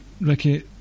Ricky